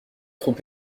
trop